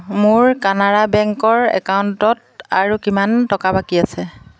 মোৰ কানাড়া বেংকৰ একাউণ্টত আৰু কিমান টকা বাকী আছে